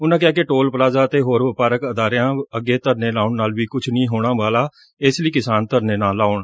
ਉਨੂਾ ਕਿਹਾ ਕਿ ਟੋਲ ਪਲਾਜ਼ਾ ਅਤੇ ਹੋਰ ਵਪਾਰਿਕ ਅਦਾਰਿਆਂ ਅੱਗੇ ਧਰਨੇ ਲਾਉਣ ਨਾਲ ਵੀ ਕੁਛ ਨਹੀ ਹੋਣ ਵਾਲਾ ਇਸ ਲਈ ਕਿਸਾਨ ਧਰਨੇ ਨਾ ਲਾਉਣ